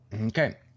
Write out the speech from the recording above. Okay